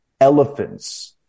elephants